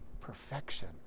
perfection